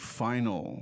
final